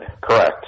Correct